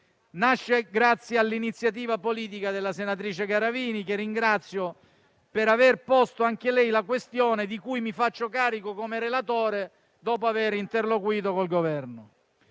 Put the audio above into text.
nasce grazie all'iniziativa politica della senatrice Garavini, che ringrazio per aver posto anche lei la questione di cui mi faccio carico come relatore, dopo aver interloquito con il Governo.